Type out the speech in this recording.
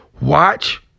Watch